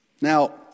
Now